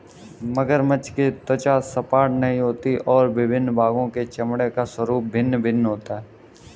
मगरमच्छ की त्वचा सपाट नहीं होती और विभिन्न भागों के चमड़े का स्वरूप भिन्न भिन्न होता है